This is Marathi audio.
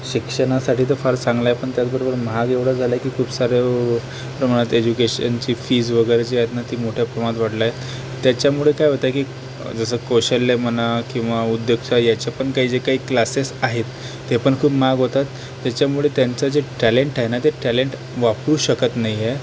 शिक्षणासाठी तर फार चांगलं आहे पण त्याचबरोबर महाग एवढं झालं आहे की खूप साऱ्या प्रमाणात एज्युकेशनची फीस वगैरे जी आहेत ना ती मोठ्या प्रमाणात वाढली आहे त्याच्यामुळं काय होतं आहे की जसं कौशल्य म्हणा किंवा उद्योजकता ह्याचे पण काही जे काही क्लासेस आहेत ते पण खूप महाग होत आहेत त्याच्यामुळे त्यांचं जे टॅलेंट आहे ना ते टॅलेंट वापरू शकत नाही आहे